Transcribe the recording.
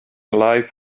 life